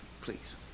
Please